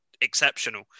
exceptional